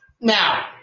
Now